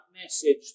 message